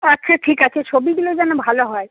আচ্ছা ঠিক আছে ছবিগুলো যেন ভালো হয়